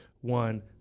one